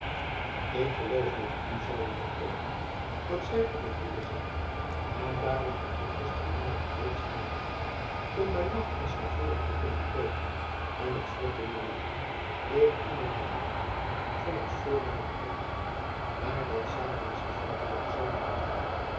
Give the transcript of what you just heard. ik geloof met u zeide de koopman dat zij op hun hoede zijn en daarom had ik gistermorgen reeds willen gaan om bij nacht in stavoren te kunnen komen en het slot te bemannen eer iemand de lucht van ons voornemen kreeg maar dat satansche volk kwam zoo laat aan